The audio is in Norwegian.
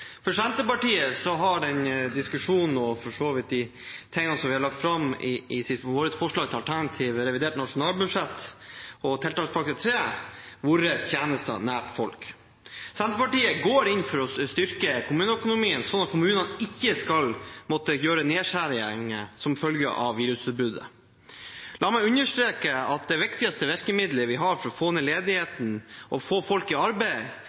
For Senterpartiet har diskusjonen og det vi har lagt fram i våre forslag til alternativer i revidert nasjonalbudsjett og tiltakspakke 3, vært tjenester nær folk. Senterpartiet går inn for å styrke kommuneøkonomien sånn at kommunene ikke skal måtte gjøre nedskjæringer som følge av virusutbruddet. La meg understreke at det viktigste virkemiddelet vi har for å få ned ledigheten og få folk i arbeid,